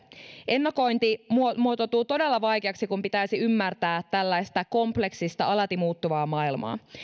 ennakointi muotoutuu todella vaikeaksi kun pitäisi ymmärtää tällaista kompleksista alati muuttuvaa maailmaa